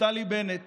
נפתלי בנט